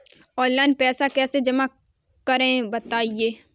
Online पैसा कैसे जमा करें बताएँ?